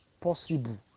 possible